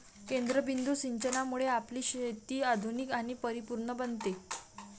केंद्रबिंदू सिंचनामुळे आपली शेती आधुनिक आणि परिपूर्ण बनते